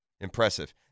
impressive